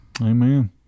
Amen